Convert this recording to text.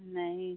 नहीं